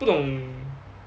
不懂